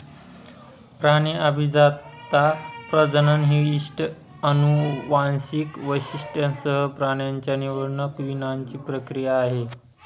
प्राणी अभिजातता, प्रजनन ही इष्ट अनुवांशिक वैशिष्ट्यांसह प्राण्यांच्या निवडक वीणाची प्रक्रिया आहे